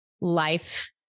life